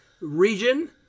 Region